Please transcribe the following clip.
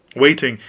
waiting,